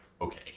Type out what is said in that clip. okay